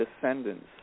descendants